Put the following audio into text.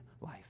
life